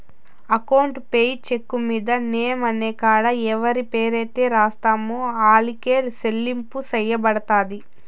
account payee cheque మీద name అనే కాడ ఎవరి పేరైతే రాస్తామో ఆరికే సెల్లింపు సెయ్యబడతది